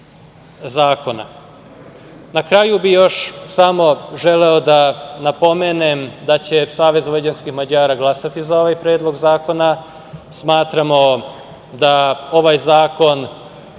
kraju bi još samo želeo da napomenem da će Savez vojvođanskih Mađara glasati za ovaj Predlog zakona. Smatramo da ovaj zakon